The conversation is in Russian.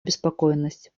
обеспокоенность